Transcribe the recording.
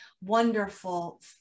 wonderful